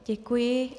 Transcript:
Děkuji.